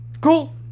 cool